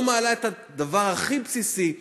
לא מעלה את הדבר הכי בסיסי,